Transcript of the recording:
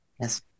Yes